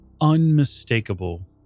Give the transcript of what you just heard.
unmistakable